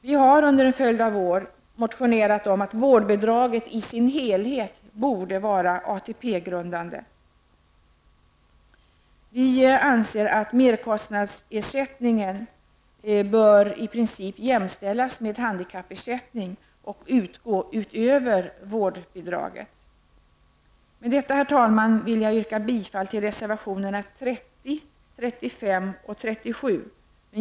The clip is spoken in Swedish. Vi har under en följd av år motionerat om att vårdbidraget i sin helhet borde vara ATP grundande. Vi anser att merkostnadsersättningen i princip bör jämställas med handikappersättning och utgå utöver vårdbidraget. Med detta, herr talman, vill jag yrka bifall till reservationerna 30, 35 och 37.